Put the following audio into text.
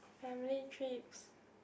family trips